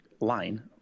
line